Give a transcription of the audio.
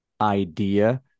idea